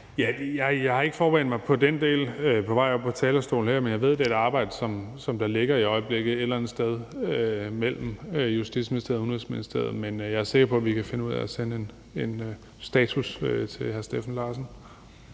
Jeg har ikke forberedt mig på den del på vej op på talerstolen her, men jeg ved, at det et arbejde, der i øjeblikket ligger et eller andet sted mellem Justitsministeriet og Udenrigsministeriet. Men jeg er sikker på, at vi kan finde ud af at sende en status til hr. Steffen Larsen.